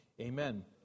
Amen